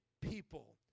people